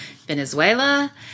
Venezuela